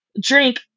drink